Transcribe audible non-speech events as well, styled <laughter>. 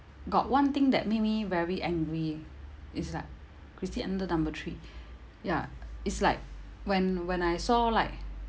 got one thing that made me very angry it's like christine under number three <breath> ya it's like when when I saw like